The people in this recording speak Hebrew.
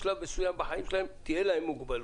בשלב מסוים בחיים שלהם תהיה להם מוגבלות.